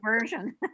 version